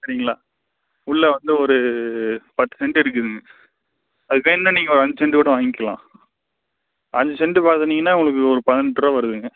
சரிங்களா உள்ளே வந்து ஒரு பத்து செண்டு இருக்குதுங்க அது வேணும்ன்னா நீங்கள் ஒரு அஞ்சு செண்டு கூட வாங்கிக்கலாம் அஞ்சு செண்டு வாங்குனிங்கனா உங்களுக்கு ஒரு பதினெட்ருபா வருதுங்க